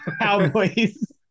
Cowboys